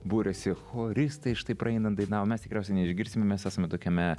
buriasi choristai štai praeinant dainavo mes tikriausiai neišgirsime mes esame tokiame